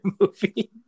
movie